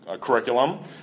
curriculum